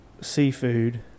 seafood